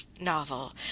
novel